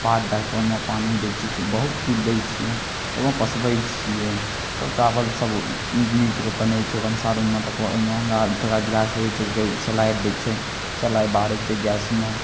भात दए कऽ ओहिमे पानि दै छियै ओहिमे बहुत चीज दै छियै तऽ पसबै छियै तऽ चावलसब नीक जकाँ बनै छै भनसा रूममे तकर बाद ओहिमे हमरा गैस रहै छै सलाय दै छै सलाई बारै छै गैसमे